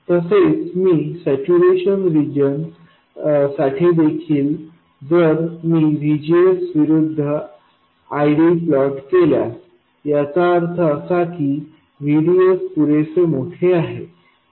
आणि तसेच मी सॅच्यूरेशन रिजन साठी देखील जर मी VGSविरूद्ध ID प्लॉट केल्यास याचा अर्थ असा की VDS पुरेसे मोठे आहे